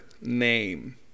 name